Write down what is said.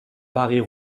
paris